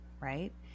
right